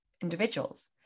individuals